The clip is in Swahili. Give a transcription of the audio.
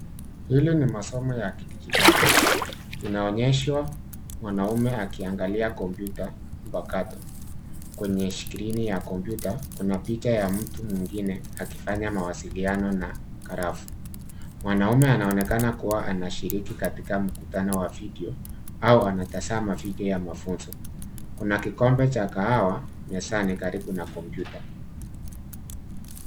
Hili ni masomo ya kidijitali, inaonyeshwa mwanamume akiangalia kompyuta mpakato. Kwenye skrini ya kompyuta kuna picha ya mtu mwingine akifanya mawasiliano na karafu. Mwanamume anaonekana kuwa anashiriki katika mkutano wa video au anatazama video ya mafunzo. Kuna kikombe cha kahawa mezani karibu na kompyuta.